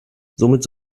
somit